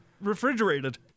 refrigerated